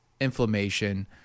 inflammation